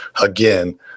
again